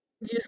use